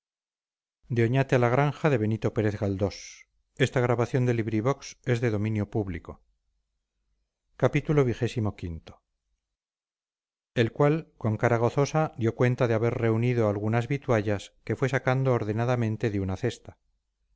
el cual con cara gozosa dio cuenta de haber reunido algunas vituallas que fue sacando ordenadamente de una cesta